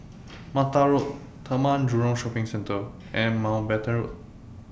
Mata Road Taman Jurong Shopping Centre and Mountbatten Road